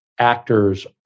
Actors